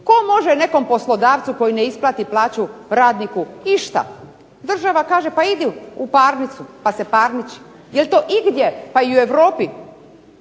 Tko može nekom poslodavcu koji ne isplati plaću radniku išta? Država kaže pa idi u parnicu pa se parniči. Jel' to igdje pa i u Europi